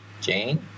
Jane